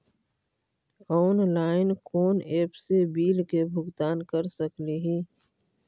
Online कोन app से bill के भुगतान कर सकली ही?